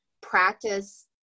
practice